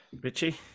Richie